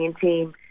team